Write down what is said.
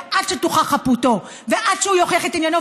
ועד שתוכח חפותו ועד שהוא יוכיח את עניינו,